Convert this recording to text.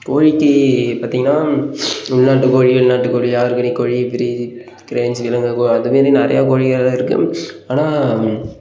கோழிக்கு பார்த்திங்கன்னா உள்நாட்டு கோழி வெளிநாட்டு கோழி ஆல்க்ரிக் கோழி க்ரீ க்ரேன்ஸ் இலங்கங்கோ அது மாரி நிறையா கோழிகள்லாம் இருக்குது ஆனால்